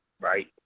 Right